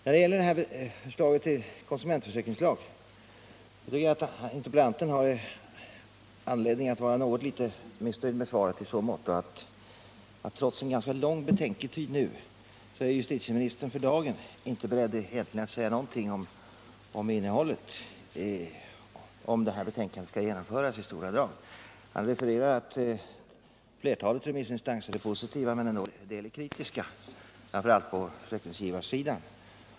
Vad beträffar förslaget till konsumentförsäkringslag tycker jag att interpellanten har anledning att vara något litet missnöjd med svaret i så måtto att justitieministern, trots en ganska lång betänketid, inte för dagen är beredd att egentligen säga någonting om innehållet, ingenting om huruvida betänkandet skall genomföras i stora drag. Han refererar att flertalet remissinstanser är positiva men en del kritiska, framför allt på försäkringsgivarsidan.